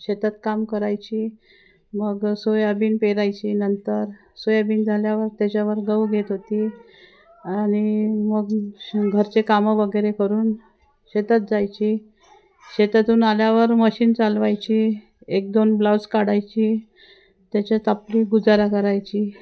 शेतात काम करायची मग सोयाबीन पेरायची नंतर सोयाबीन झाल्यावर त्याच्यावर गहू घेत होती आणि मग घरचे कामं वगैरे करून शेतात जायची शेतातून आल्यावर मशीन चालवायची एक दोन ब्लाऊज काढायची त्याच्यात आपली गुजारा करायची